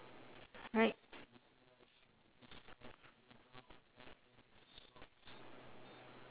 right